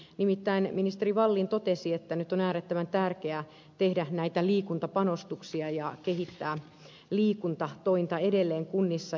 nimittäin ministeri wallin totesi että nyt on äärettömän tärkeää tehdä näitä liikuntapanostuksia ja kehittää liikuntatointa edelleen kunnissa